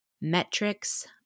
metrics